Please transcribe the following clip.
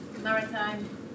maritime